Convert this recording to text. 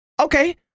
Okay